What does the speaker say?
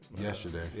yesterday